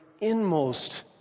inmost